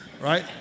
right